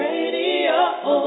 Radio